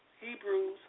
Hebrews